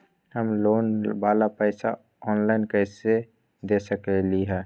हम लोन वाला पैसा ऑनलाइन कईसे दे सकेलि ह?